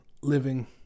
living